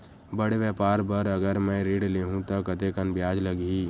बड़े व्यापार बर अगर मैं ऋण ले हू त कतेकन ब्याज लगही?